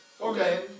Okay